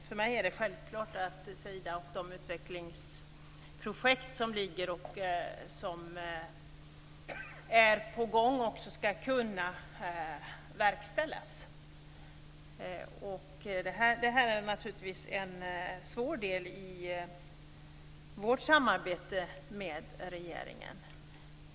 För mig är det självklart att Sidas utvecklingsprojekt och annat som är på gång skall kunna verkställas. Detta är naturligtvis en svår del i vårt samarbete med regeringen.